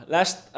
Last